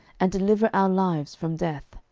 and deliver our lives from death.